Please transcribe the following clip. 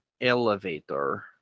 elevator